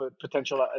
potential